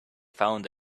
found